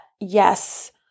yes